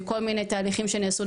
בכל מיני תהליכים שנעשו,